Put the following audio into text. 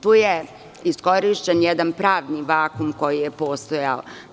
tu je iskorišćen jedan pravni vakum koji je postojao.